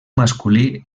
masculí